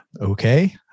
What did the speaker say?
Okay